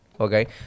okay